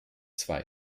zwei